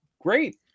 great